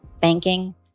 banking